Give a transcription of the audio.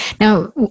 Now